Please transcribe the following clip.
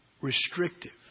restrictive